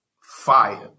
Fire